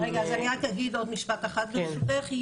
רגע, אז אני רק אגיד עוד משפט אחד, ברשותך.